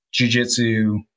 jujitsu